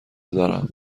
دارم